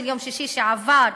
של יום שישי שעבר,